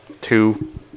two